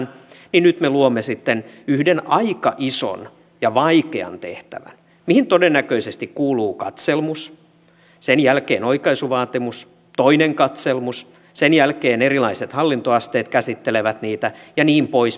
ja nyt me luomme sitten yhden aika ison ja vaikean tehtävän mihin todennäköisesti kuuluu katselmus sen jälkeen oikaisuvaatimus toinen katselmus sen jälkeen erilaiset hallintoasteet käsittelevät niitä ja niin poispäin